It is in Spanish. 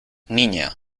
niña